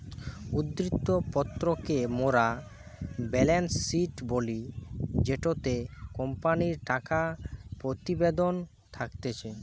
উদ্ধৃত্ত পত্র কে মোরা বেলেন্স শিট বলি জেটোতে কোম্পানির টাকা প্রতিবেদন থাকতিছে